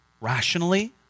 rationally